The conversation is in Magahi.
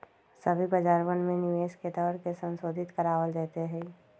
सभी बाजारवन में निवेश के दर के संशोधित करावल जयते हई